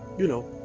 you know,